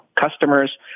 customers